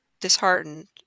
disheartened